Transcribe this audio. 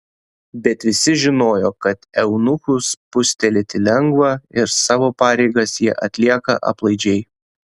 bet visi žinojo kad eunuchus spustelėti lengva ir savo pareigas jie atlieka aplaidžiai